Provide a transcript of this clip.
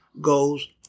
goes